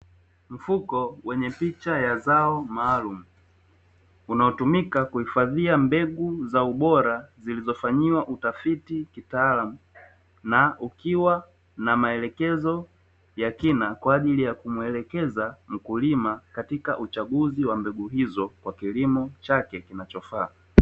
Mfuko wenye picha ya zao maalumu unaotumika kuhifadhia mbegu za ubora zilizofanyiwa utafiti kitaalumu, na ukiwa na maelekezo ya kina kwa ajili ya kumuelekeza mkulima katika uchaguzi wa mbegu hizo kwa kilimo chake kinachofaa.